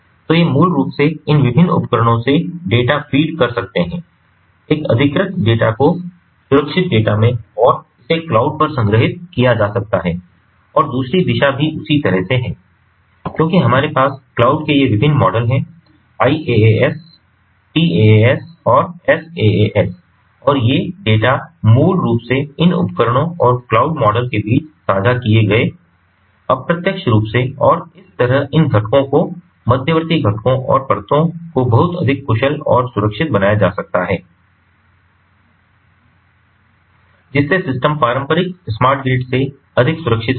तो ये मूल रूप से इन विभिन्न उपकरणों से डेटा फ़ीड कर सकते हैं एक अधिकृत डेटा को सुरक्षित डेटा में और इसे क्लाउड पर संग्रहीत किया जा सकता है और दूसरी दिशा भी उसी तरह से है क्योंकि हमारे पास क्लाउड के ये विभिन्न मॉडल हैं IaaS PaaS और SaaS और ये डेटा मूल रूप से इन उपकरणों और क्लाउड मॉडल के बीच साझा किए गए अप्रत्यक्ष रूप से और इस तरह इन घटकों को मध्यवर्ती घटकों और परतों को बहुत अधिक कुशल और सुरक्षित बनाया जा सकता है जिससे सिस्टम पारंपरिक स्मार्ट ग्रिड से अधिक सुरक्षित हो सके